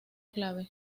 clave